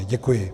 Děkuji.